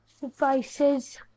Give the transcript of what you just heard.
devices